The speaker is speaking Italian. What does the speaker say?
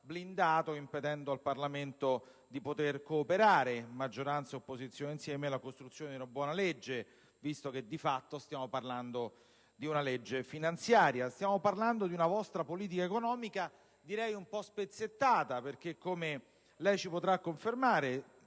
blindato, impedendo al Parlamento di poter cooperare, maggioranza e opposizione insieme, per la costruzione di una buona legge, visto che di fatto stiamo parlando di una legge finanziaria. Stiamo parlando della vostra politica economica, che definirei un po' spezzettata, perché, come lei ci potrà confermare,